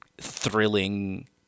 thrilling